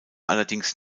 allerdings